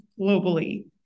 globally